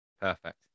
perfect